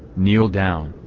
kneel down.